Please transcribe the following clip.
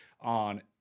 on